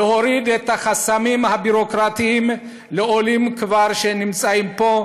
להוריד את החסמים הביורוקרטיים לעולים שכבר נמצאים פה,